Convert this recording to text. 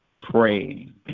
praying